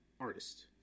artist